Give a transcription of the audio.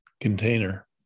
container